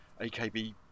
AKB